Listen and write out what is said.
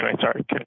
sorry